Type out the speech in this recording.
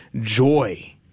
joy